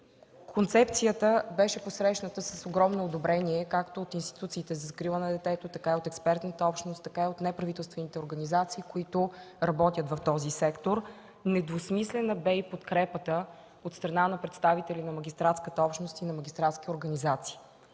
Концепцията беше посрещната с огромно одобрение както от институциите за закрила на детето, така и от експертната общност, от неправителствените организации, които работят в този сектор. Недвусмислена бе и подкрепата от страна на представители на магистратската общност и на магистратски организации.